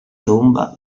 tomba